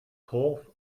torf